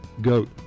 goat